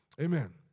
Amen